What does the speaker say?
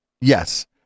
Yes